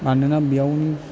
मानोना बेयावनि